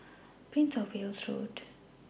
Prince of Wales Road